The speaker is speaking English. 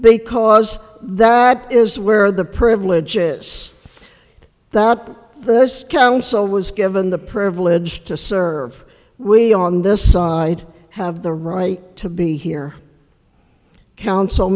because that is where the privilege is that this council was given the privilege to serve we on this side have the right to be here council